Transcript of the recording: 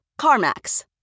CarMax